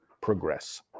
progress